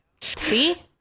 See